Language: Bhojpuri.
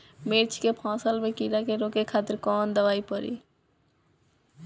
मिर्च के फसल में कीड़ा के रोके खातिर कौन दवाई पड़ी?